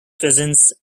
presence